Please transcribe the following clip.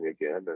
again